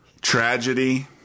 Tragedy